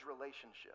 relationship